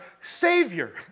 savior